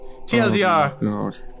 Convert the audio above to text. TLDR